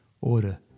order